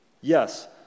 Yes